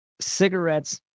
cigarettes